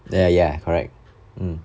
ya ya correct mm